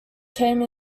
came